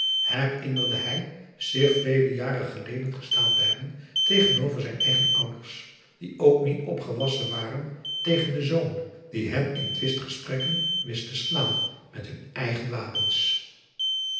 herinnerde hij zich vele jaren geleden gestaan te hebben tegenover zijn eigen ouders die ook niet opgewassen waren tegen den zoon die hen in twistgesprekken wist te slaan met hun eigen wapens